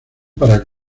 para